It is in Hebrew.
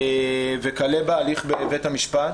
וכלה בהליך בבית המשפט.